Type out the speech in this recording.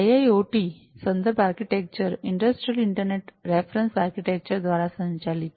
IIoT સંદર્ભ architecture industrial internet reference architecture દ્વારા સંચાલિત છે